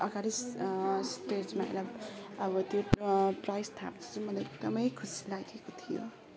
अगाडि स्टेजमा आएर अब त्यो प्राइस थाप्छु मलाई एकदमै खुसी लागेको थियो